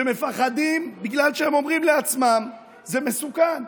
הם מפחדים בגלל שהם אומרים לעצמם: זה מסוכן,